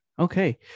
okay